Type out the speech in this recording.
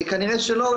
כנראה שלא,